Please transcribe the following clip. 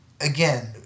again